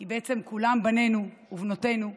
כי בעצם כולם בנינו ובנותינו,